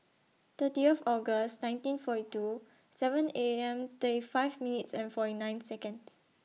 thirtieth August nineteen forty two seven A M thirty five minutes forty nine Seconds